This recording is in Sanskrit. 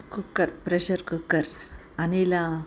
कुक्कर् प्रेशर् कुक्कर् अनिलः